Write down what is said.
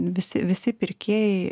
visi visi pirkėjai